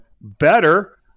better